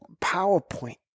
powerpoint